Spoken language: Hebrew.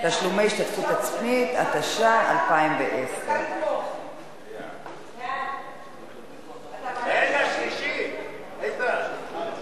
התשע"א 2010. סעיפים 1 2 נתקבלו.